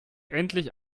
endlich